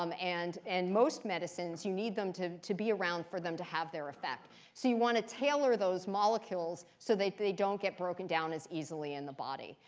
um and and most medicines, you need them to to be around for them to have their effect. so you want to tailor those molecules so that they don't get broken down as easily in the body.